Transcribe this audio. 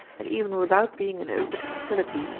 and even without being in open hostility,